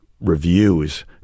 reviews